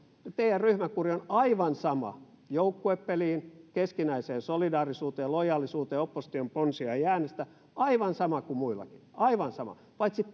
teidän ryhmäkuri on aivan sama nojaa joukkuepeliin keskinäiseen solidaarisuuteen ja lojaalisuuteen opposition ponsia ei äänestetä kuin muillakin aivan sama paitsi